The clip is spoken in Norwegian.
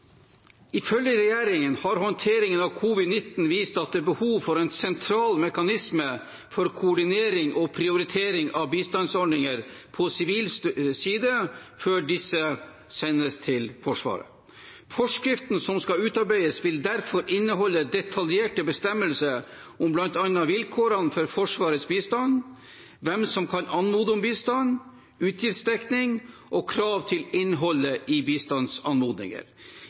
Ifølge regjeringen har håndteringen av covid-19 vist at det er behov for en sentral mekanisme for koordinering av prioritering av bistandsordninger på sivil side før disse sendes til Forsvaret. Forskriften som skal utarbeides, vil derfor inneholde detaljerte bestemmelser om bl.a. vilkårene for Forsvarets bistand, hvem som kan anmode om bistand, utgiftsdekning og krav til innholdet i bistandsanmodninger.